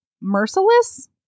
merciless